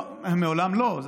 מעולם לא.